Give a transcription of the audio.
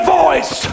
voice